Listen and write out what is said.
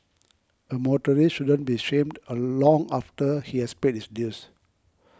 a motorist shouldn't be shamed along after he has paid his dues